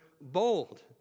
bold